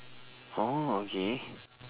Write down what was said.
oh okay